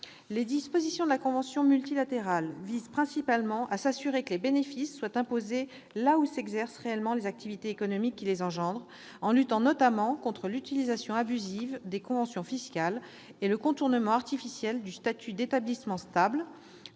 Les dispositions de la convention multilatérale visent principalement à s'assurer que les bénéfices sont imposés là où s'exercent réellement les activités économiques qui les engendrent, en luttant notamment contre l'utilisation abusive des conventions fiscales et le contournement artificiel du statut d'établissement stable